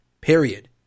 period